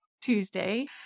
Tuesday